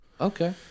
Okay